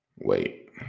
Wait